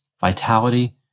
vitality